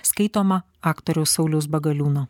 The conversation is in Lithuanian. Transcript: skaitoma aktoriaus sauliaus bagaliūno